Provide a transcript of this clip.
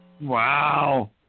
Wow